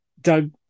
Doug